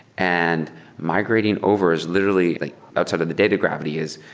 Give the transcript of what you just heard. and migrating over is literally like outside of the data gravity is.